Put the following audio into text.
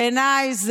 בעיניי,